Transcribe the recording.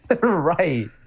Right